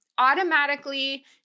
automatically